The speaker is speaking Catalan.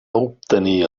obtenir